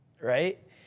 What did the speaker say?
right